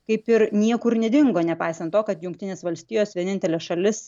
kaip ir niekur nedingo nepaisant to kad jungtinės valstijos vienintelė šalis